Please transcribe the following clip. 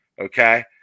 okay